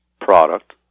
product